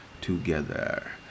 together